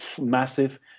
massive